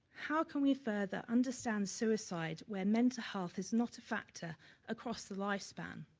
how can we further understand suicide where mental health is not a factor across the life span.